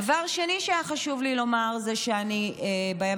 דבר שני שהיה חשוב לי לומר זה שאני בימים